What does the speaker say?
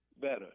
better